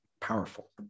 powerful